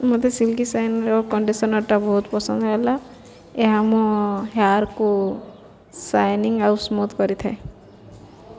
ମୋତେ ସିଲ୍କି ସାଇନ୍ର କଣ୍ଡିସନରଟା ବହୁତ ପସନ୍ଦ ହେଲା ଏହା ମୋ ହେୟାରକୁ ସାଇନିଂ ଆଉ ସ୍ମୁଥ୍ କରିଥାଏ